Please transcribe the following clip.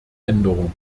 änderung